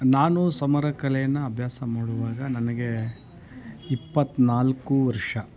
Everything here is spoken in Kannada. ನಾನು ಸಮರ ಕಲೆಯನ್ನು ಅಭ್ಯಾಸ ಮಾಡುವಾಗ ನನಗೆ ಇಪ್ಪತ್ನಾಲ್ಕು ವರ್ಷ